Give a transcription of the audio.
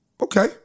Okay